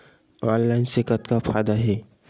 Online से का फ़ायदा हे?